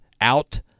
out